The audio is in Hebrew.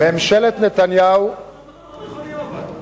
ממשלת נתניהו, למה אתה מדבר דברים לא נכונים?